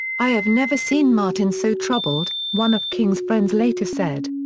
i have never seen martin so troubled, one of king's friends later said.